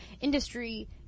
industry